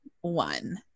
one